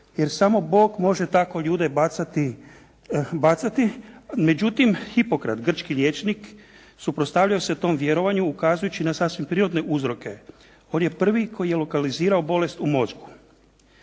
jer samo Bog može tako ljude bacati. Međutim Hipokrat grčki liječnik suprotstavio se tom vjerovanju ukazujući na sasvim prirodne uzroke. On je prvi koji je lokalizirao bolest u mozgu.